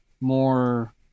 more